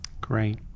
Great